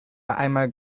einmal